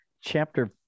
chapter